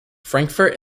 frankfort